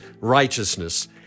righteousness